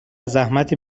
زحمت